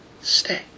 stay